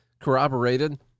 corroborated